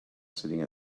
sitting